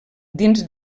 dins